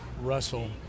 Russell